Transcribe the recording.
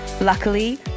Luckily